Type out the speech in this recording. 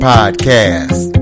Podcast